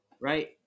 right